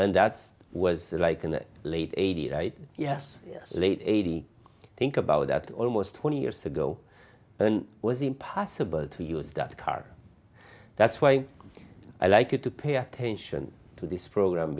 and that was like in the late eighty's yes late eighty think about that almost twenty years ago when i was impossible to use that car that's why i like it to pay attention to this program